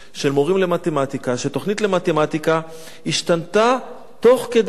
למתמטיקה שהתוכנית במתמטיקה השתנתה תוך כדי השנה.